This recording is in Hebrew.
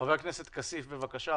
חבר הכנסת כסיף, בבקשה.